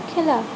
খেলা